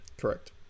Correct